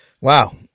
Wow